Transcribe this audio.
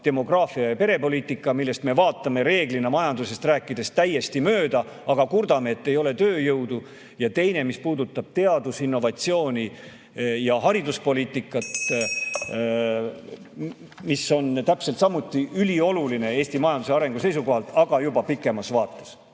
demograafia- ja perepoliitika, millest me vaatame reeglina majandusest rääkides täiesti mööda, aga kurdame, et ei ole tööjõudu. Ja teine teema puudutab teadust, innovatsiooni ja hariduspoliitikat, mis on samuti ülioluline Eesti majanduse arengu seisukohalt, aga juba pikemas vaates.